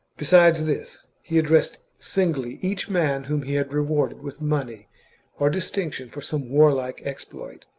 besides this, he addressed singly each man whom he had rewarded with money or distinction for some warlike exploit,